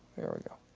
there we go.